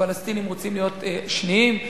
הפלסטינים רוצים להיות שניים,